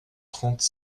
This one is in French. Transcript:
trente